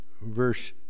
verse